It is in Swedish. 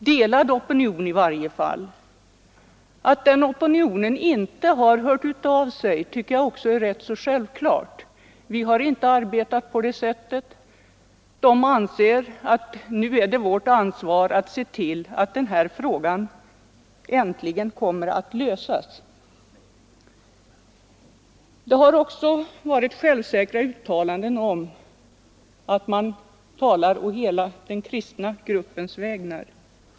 Att den opinion som är för den nya abortlagen inte har hört av sig tycker jag är självklart. Vi har inte arbetat på det sättet. Dessa människor anser att det nu är politikernas ansvar att se till att frågan äntligen löses. Det har också fällts självsäkra uttalanden om att man talar å hela den kristna gruppens vägnar.